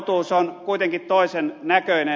totuus on kuitenkin toisen näköinen